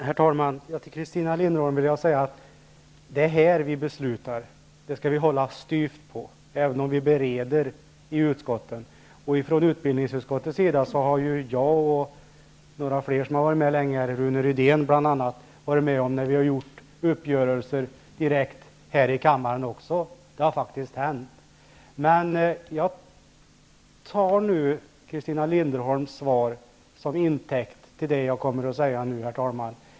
Herr talman! Jag vill säga till Christina Linderholm att det är här vi beslutar. Det skall vi hålla styvt på, även om vi bereder i utskotten. Vi som har suttit i utbildningsutskottet länge, bl.a. jag och Rune Rydén, har varit med om att vi har gjort uppgörelser direkt här i kammaren också. Det har faktiskt hänt. Herr talman! Jag tar Christina Linderholms svar till intäkt för det jag nu kommer att säga.